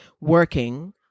working